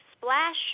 splash